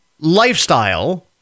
lifestyle